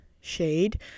shade